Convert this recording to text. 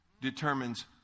determines